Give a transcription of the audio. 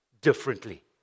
differently